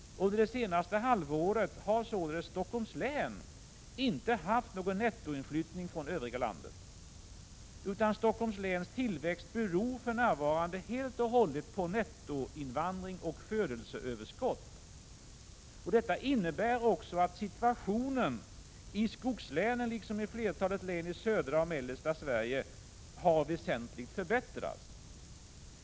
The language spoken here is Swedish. Under det senaste halvåret har således Stockholms län inte haft någon nettoinflyttning från övriga landet. Stockholms läns tillväxt beror för närvarande helt och hållet på nettoinvandring och födelseöverskott. Detta innebär också att situationen i skogslänen liksom i flertalet län i södra och mellersta Sverige har förbättrats väsentligt.